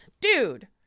Dude